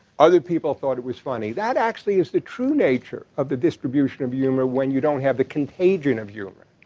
other people thought it was funny. that actually is the true nature of the distribution of humor when you don't have the contagion of humor.